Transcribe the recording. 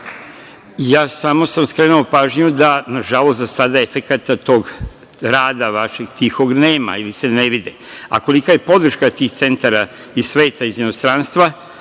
Samo sam skrenuo pažnju da, nažalost, zasada efekata tog rada vašeg tihog nema ili se ne vidi, a kolika je podrška tih centara iz sveta, iz inostranstva,